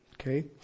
Okay